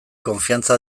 konfidantza